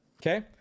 Okay